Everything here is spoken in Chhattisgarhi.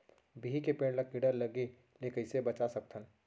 बिही के पेड़ ला कीड़ा लगे ले कइसे बचा सकथन?